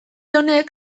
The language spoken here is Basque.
honek